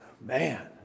Man